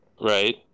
right